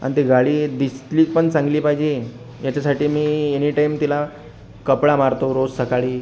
आणि ती गाडी दिसली पण चांगली पाहिजे याच्यासाठी मी येणीटाइम तिला कपडा मारतो रोज सकाळी